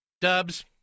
Dubs